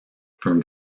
from